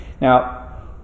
Now